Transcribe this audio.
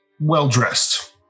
well-dressed